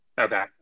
Okay